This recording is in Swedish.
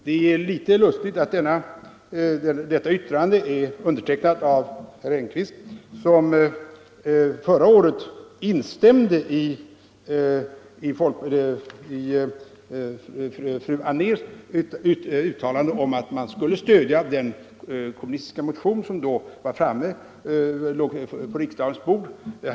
Det är litet lustigt att detta yttrande är undertecknat av herr Nyquist, som politiska organisationer att anordna förra året instämde i fru Anérs uttalande om att han stödde den kommunistiska reservation som då låg på riksdagens bord.